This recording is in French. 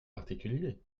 particulier